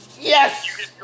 yes